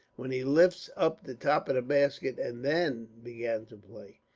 when he lifts up the top of the basket and then began to play.